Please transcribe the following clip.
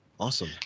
Awesome